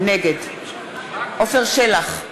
נגד עפר שלח,